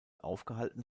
aufgehalten